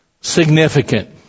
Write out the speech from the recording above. significant